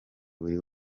buri